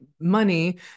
money